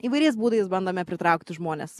įvairiais būdais bandome pritraukti žmones